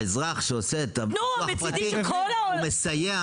האזרח שעושה את הביטוח הפרטי הוא מסייע